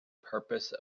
purpose